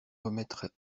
remettre